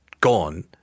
gone